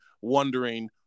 wondering